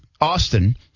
Austin